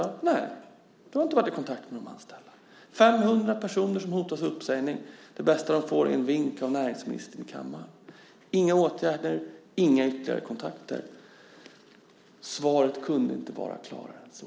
Nej, du har inte varit i kontakt med de anställda. 500 personer hotas av uppsägning. Det bästa de får är en vink av näringsministern i kammaren, men inga åtgärder och inga ytterligare kontakter. Svaret kunde inte vara klarare än så.